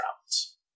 travels